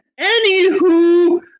Anywho